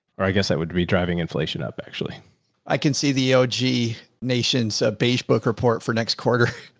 or i guess that would be driving inflation up. actually i can see the yohji nations, a base book report for next quarter.